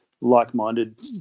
like-minded